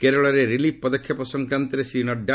କେରଳରେ ରିଲିଫ୍ ପଦକ୍ଷେପ ସଂକ୍ନାନ୍ତରେ ଶ୍ରୀ ନଡ଼ୁ